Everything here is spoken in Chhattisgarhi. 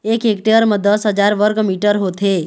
एक हेक्टेयर म दस हजार वर्ग मीटर होथे